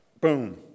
Boom